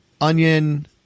onion